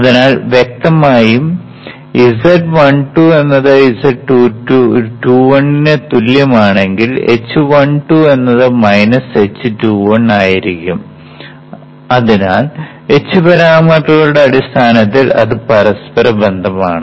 അതിനാൽ വ്യക്തമായും z12 എന്നത് z21 ന് തുല്യമാണെങ്കിൽ h12 എന്നത് h21 ആയിരിക്കും അതിനാൽ h പരാമീറ്ററുകളുടെ അടിസ്ഥാനത്തിൽ അത് പരസ്പര ബന്ധമാണ്